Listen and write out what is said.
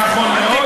נכון מאוד.